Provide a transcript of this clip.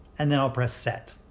and then i'll press set.